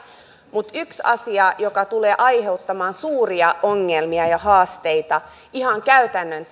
mutta yksi asia joka tulee aiheuttamaan suuria ongelmia ja haasteita ihan käytännön